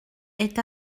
est